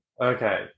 Okay